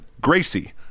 Gracie